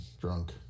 drunk